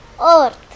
Earth